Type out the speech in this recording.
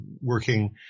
working